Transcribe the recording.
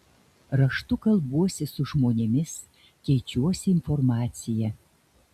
raštu kalbuosi su žmonėmis keičiuosi informacija